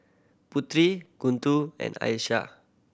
Putri Guntur and Aisyah